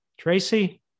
Tracy